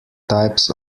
types